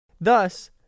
Thus